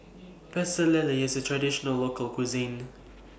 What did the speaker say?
Pecel Lele IS A Traditional Local Cuisine